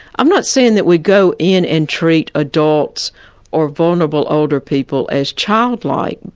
i'm not saying that we go in and treat adults or vulnerable older people as childlike,